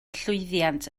llwyddiant